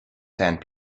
sand